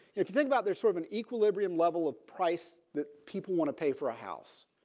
if you think about there sort of an equilibrium level of price that people want to pay for a house.